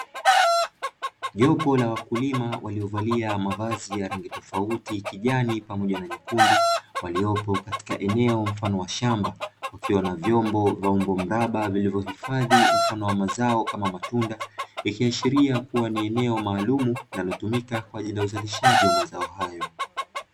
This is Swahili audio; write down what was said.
Jopo la wakulima waliovalia mavazi ya rangi tofauti kijani pamoja na nyekundu, waliopo katika eneo mfano wa shamba wakiwa na vyombo vya umbo mraba vilivyohifadhi mfano wa mazao kama matunda, ikiashiria kuwa ni eneo maalumu linalotumika kwa ajili ya uzalishaji wa mazao hayo.